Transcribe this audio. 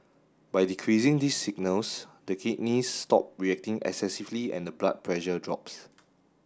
by decreasing these signals the kidneys stop reacting excessively and the blood pressure drops